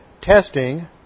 testing